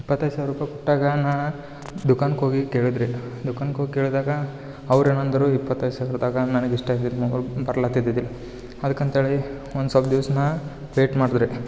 ಇಪ್ಪತ್ತೈದು ಸಾವಿರ ರುಪಾಯಿ ಕೊಟ್ಟಾಗ ನಾ ದುಕಾನ್ಗೆ ಹೋಗಿ ಕೇಳಿದ್ರಿ ದುಕಾನ್ ಹೋಗಿ ಕೇಳ್ದಾಗ ಅವ್ರು ಏನಂದ್ರು ಇಪ್ಪತ್ತೈದು ಸಾವಿರದಾಗ ನನ್ಗೆ ಇಷ್ಟ ಆಗಿದ್ದ ಮೊಬೈಲ್ ಬರ್ಲಾತಿದಿದಿಲ್ಲ ಅದಕ್ಕೆ ಅಂತೇಳಿ ಒಂದು ಸ್ವಲ್ಪ್ ದಿವ್ಸ ನಾ ವೇಟ್ ಮಾಡ್ದು ರೀ